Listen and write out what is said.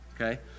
okay